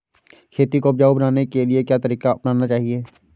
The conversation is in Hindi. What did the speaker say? खेती को उपजाऊ बनाने के लिए क्या तरीका अपनाना चाहिए?